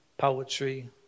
Poetry